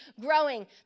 growing